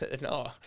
No